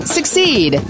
Succeed